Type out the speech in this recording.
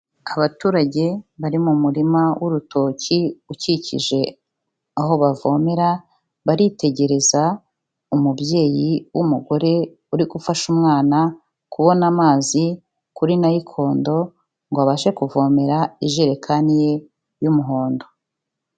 Abaturage bari mu murima w'urutoki ukikije aho bavomerara, baritegereza umubyeyi w'umugore uri gufasha umwana kubona amazi kuri nayikondo ngo abashe kuvomera ijerekani ye y'umuhondo.